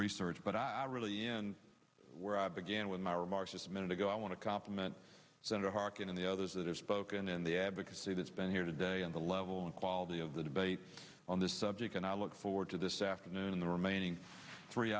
research but i really end where i began with my remarks just a minute ago i want to compliment senator harkin and the others that are spoken in the advocacy that's been here today on the level and quality of the debate on this subject and i look forward to this afternoon the remaining three